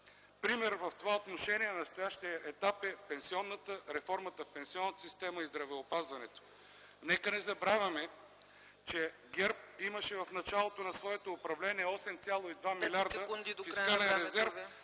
Пример в това отношение на настоящия етап е реформата в пенсионната система и в здравеопазването. Нека не забравяме, че ГЕРБ имаше в началото на своето управление 8,2 млрд. лв. фискален резерв,